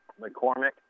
McCormick